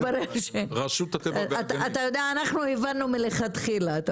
מסתבר, אנחנו הבנו מלכתחילה.